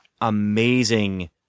amazing